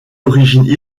origines